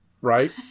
right